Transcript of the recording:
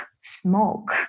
smoke